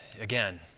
again